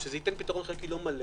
וזה ייתן פתרון חלקי ולא מלא